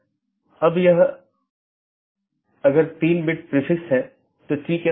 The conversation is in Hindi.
इस प्रकार एक AS में कई राऊटर में या कई नेटवर्क स्रोत हैं